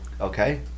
Okay